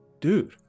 Dude